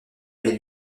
est